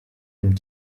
une